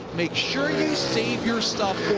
make sure you save your stuff